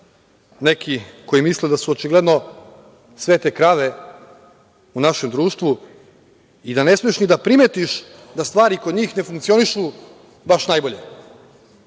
neki koji misle da su očigledno svete krave u našem društvu i da ne smeš ni da primetiš da stvari kod njih ne funkcionišu baš najbolje.